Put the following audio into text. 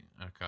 Okay